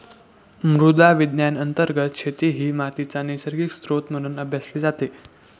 मृदा विज्ञान अंतर्गत शेती ही मातीचा नैसर्गिक स्त्रोत म्हणून अभ्यासली जाते